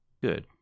Good